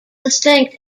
distinct